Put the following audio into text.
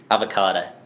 Avocado